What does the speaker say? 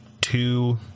two